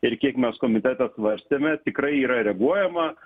ir kiek mes komitetas svarstėme tikrai yra reaguojama